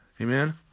Amen